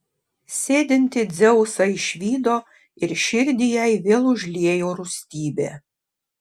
sėdintį dzeusą išvydo ir širdį jai vėl užliejo rūstybė